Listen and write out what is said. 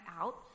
out